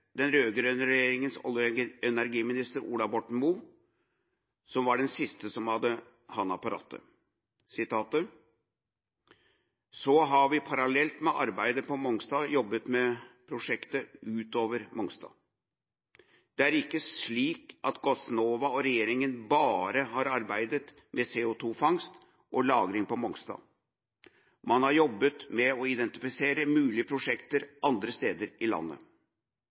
den rød-grønne regjeringas olje- og energiminister, Ola Borten Moe, som var den siste som hadde hånda på rattet: «Så har vi parallelt med arbeidet på Mongstad jobbet med prosjekt utover Mongstad. Det er ikke sånn at Gassnova og regjeringen bare har jobbet med CO2-fangst og -lagring på Mongstad, man har jobbet med å identifisere mulige prosjekt andre steder i landet.